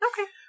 Okay